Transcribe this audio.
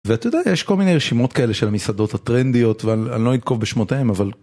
ואת יודעת יש כל מיני רשימות כאלה של המסעדות הטרנדיות ואני לא ינקוב בשמותיהן אבל.